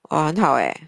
ah 很好 eh